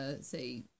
say